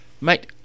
mate